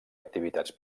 activitats